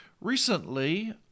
Recently